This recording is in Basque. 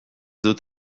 dut